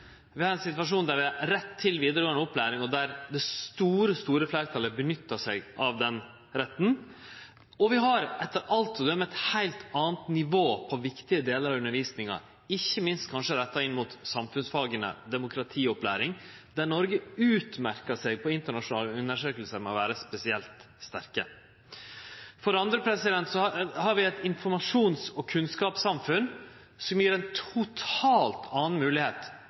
Vi har ein situasjon der vi har rett til vidaregåande opplæring, og der det store fleirtalet nyttar seg av den retten. Og vi har etter alt å døme eit heilt anna nivå på viktige delar av undervisninga, ikkje minst kanskje retta inn mot samfunnsfaga og demokratiopplæring, der Noreg utmerkjer seg i internasjonale undersøkingar med å vere spesielt sterke. Det andre er at vi har eit informasjons- og kunnskapssamfunn som